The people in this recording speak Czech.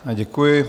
Děkuji.